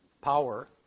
power